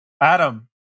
Adam